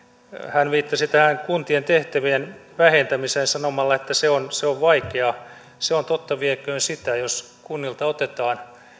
hän viittasi tähän kuntien tehtävien vähentämiseen sanomalla että se on se on vaikeaa se on totta vieköön sitä jos kunnilta otetaan